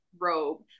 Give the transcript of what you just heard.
robe